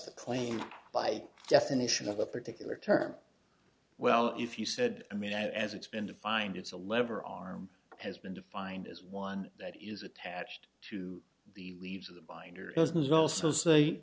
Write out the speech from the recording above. the claim by definition of a particular term well if you said i mean as it's been defined it's a lever arm has been defined as one that is attached to the leaves of the binder doesn't also say